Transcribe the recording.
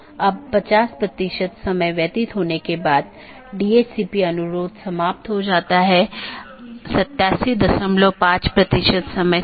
BGP को एक एकल AS के भीतर सभी वक्ताओं की आवश्यकता होती है जिन्होंने IGBP कनेक्शनों को पूरी तरह से ठीक कर लिया है